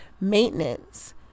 maintenance